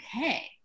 okay